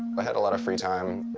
i had a lot of free time,